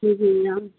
जी जी हम